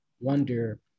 wonder